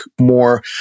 more